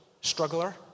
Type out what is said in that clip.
struggler